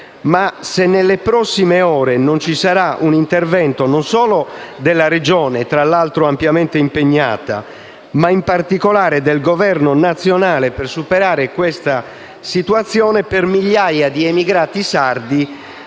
se nelle prossime ore non ci sarà un intervento non solo della Regione (tra l'altro ampiamente impegnata), ma anche del Governo nazionale, per superare questa situazione, per migliaia di emigrati sardi,